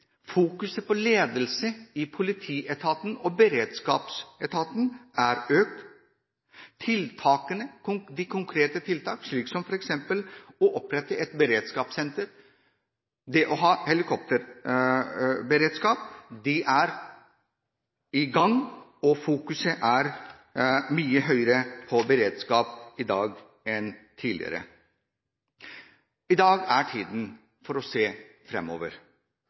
Fokuset på ledelse i politietaten og beredskapsetaten er økt. De konkrete tiltakene, som f.eks. å opprette et beredskapssenter og å ha helikopterberedskap, er i gang, og fokuset på beredskap er mye høyere i dag enn tidligere. I dag er tiden for å se